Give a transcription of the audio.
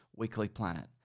weeklyplanet